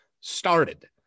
started